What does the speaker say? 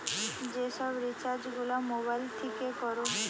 যে সব রিচার্জ গুলা মোবাইল থিকে কোরে